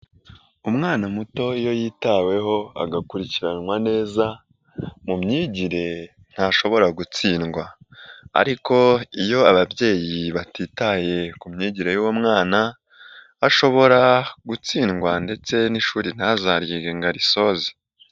Umwana muto iyo yitaweho agakurikiranwa neza mu myigire ntashobora gutsindwa ariko iyo ababyeyi batitaye ku myigire y'uwo mwana, ashobora gutsindwa ndetse n'ishuri ntazaryige ngo arisoze.